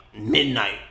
midnight